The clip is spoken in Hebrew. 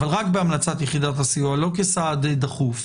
אבל רק בהמלצת יחידת הסיוע, לא כסעד דחוף.